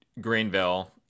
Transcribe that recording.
Greenville